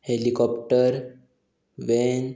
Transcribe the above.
helicopter van